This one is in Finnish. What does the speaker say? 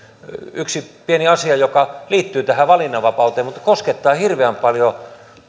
yksi pieni asia joka liittyy tähän valinnanvapauteen mutta koskettaa hirveän paljon